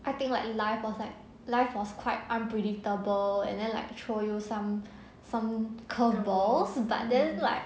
I think like in life was like life was quite unpredictable and then like throw you some some curve balls but then like